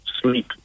sleep